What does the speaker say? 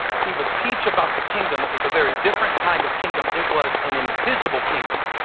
he would teach about the kingdom. it was a very different kind of kingdom. it was an invisible kingdom.